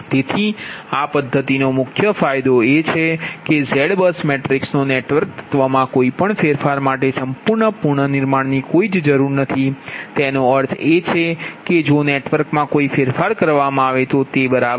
તેથી આ પદ્ધતિનો મુખ્ય ફાયદો એ છે કે ZBUS મેટ્રિક્સના નેટવર્ક તત્વમાં કોઈપણ ફેરફાર માટે સંપૂર્ણ પુનર્નિર્માણની જરૂર નથી તેનો અર્થ એ કે જો નેટવર્કમાં કોઈ ફેરફાર કરવામાં આવે તો તે બરાબર છે